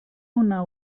una